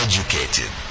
educated